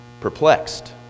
perplexed